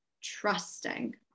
trusting